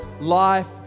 life